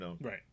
Right